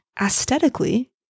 aesthetically